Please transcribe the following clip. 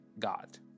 God